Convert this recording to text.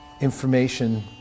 information